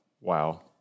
wow